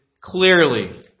clearly